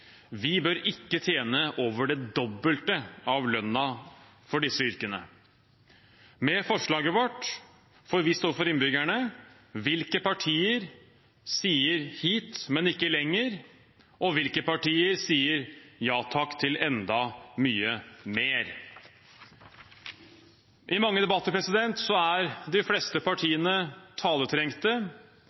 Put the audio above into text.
Vi bør ikke tjene over det dobbelte av lønnen for disse yrkene. Med forslaget vårt får vi vist overfor innbyggerne hvilke partier som sier hit, men ikke lenger, og hvilke partier som sier ja takk til enda mye mer. I mange debatter er de fleste partiene taletrengte.